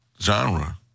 genre